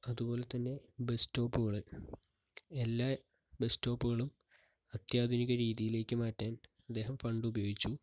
അതുപോലെതന്നെ ബസ് സ്റ്റോപ്പുകൾ എല്ലാ ബസ് സ്റ്റോപ്പുകളും അത്യാധുനിക രീതിയിലേക്ക് മാറ്റാൻ അദ്ദേഹം ഫണ്ട് ഉപയോഗിച്ചു